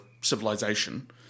civilization